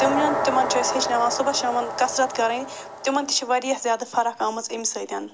تِم یِم تِمَن چھِ أسۍ ہیٚچھناوان صُبحس شامَن کثرت کرٕنۍ تِمَن تہِ چھِ واریاہ زیادٕ فرق آمٕژ اَمہِ سۭتۍ